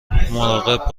مراقب